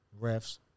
refs